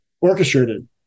orchestrated